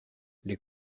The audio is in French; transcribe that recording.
les